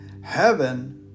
heaven